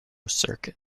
circuit